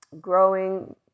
growing